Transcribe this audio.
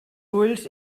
ulls